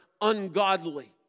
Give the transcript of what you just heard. ungodly